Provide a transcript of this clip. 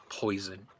poison